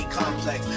complex